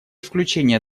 включения